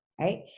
right